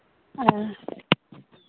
ꯑꯥ